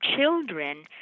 children